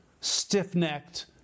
stiff-necked